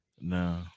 No